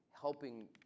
helping